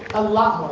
a lot